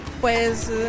pues